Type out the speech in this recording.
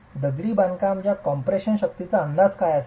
दगडी बांधकाम च्या कॉम्प्रेशन शक्तीचा अंदाज काय असेल